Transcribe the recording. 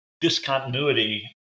discontinuity